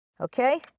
okay